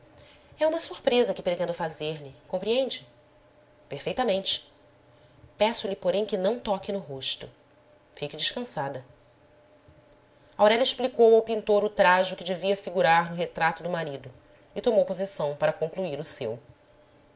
é uma surpresa que pretendo fazer-lhe compreende perfeitamente peço-lhe porém que não toque no rosto fique descansada aurélia explicou ao pintor o trajo que devia figurar no retrato do marido e tomou posição para concluir o seu